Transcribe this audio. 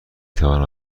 توانم